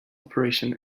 operation